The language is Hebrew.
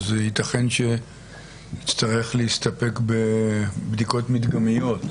יתכן שנצטרך להסתפק בבדיקות מדגמיות.